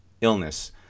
illness